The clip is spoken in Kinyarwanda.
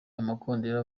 amakondera